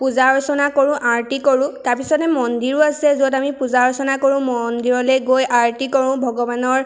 পূজা অৰ্চনা কৰোঁ আৰতি কৰোঁ তাৰপিছতে মন্দিৰো আছে য'ত আমি পূজা অৰ্চনা কৰোঁ মন্দিৰলৈ গৈ আৰতি কৰোঁ ভগৱানৰ